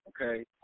okay